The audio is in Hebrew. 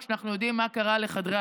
זה נראה לי ברור שאתה לא תתנגד.